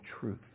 truth